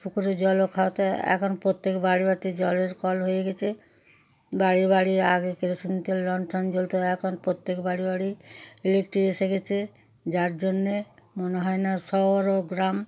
পুকুরের জলও খাওয়া হতো এখন প্রত্যেক বাড়ি বাড়িতে জলের কল হয়ে গিয়েছে বাড়ি বাড়ি আগে কেরোসিন তেল লন্ঠন জ্বলত এখন প্রত্যেক বাড়ি বাড়ি ইলেকট্রিক এসে গিয়েছে যার জন্যে মনে হয় না শহরও গ্রাম